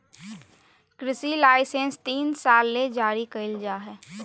कृषि लाइसेंस तीन साल ले जारी कइल जा हइ